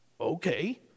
Okay